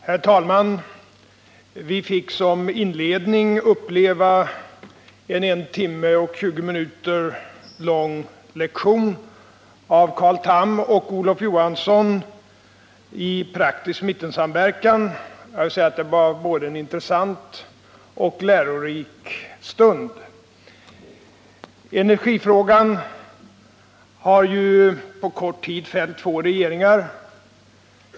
Herr talman! Vi fick som inledning till denna debatt uppleva en I timme och 20 minuter lång lektion av Carl Tham och Olof Johansson i praktisk mittensamverkan. Det var en både intressant och lärorik stund. Energifrågan har på kort tid fällt två regeringar.